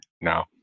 No